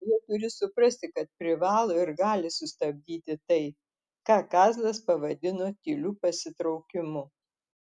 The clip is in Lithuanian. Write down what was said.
jie turi suprasti kad privalo ir gali sustabdyti tai ką kazlas pavadino tyliu pasitraukimu